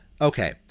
Okay